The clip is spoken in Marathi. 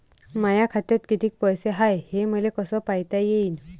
माया खात्यात कितीक पैसे हाय, हे मले कस पायता येईन?